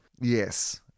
Yes